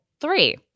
three